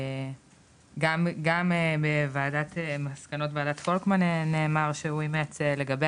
גם במסקנות 'וועדת פולקמן' נאמר שהוא אימץ לגבי